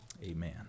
Amen